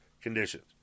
conditions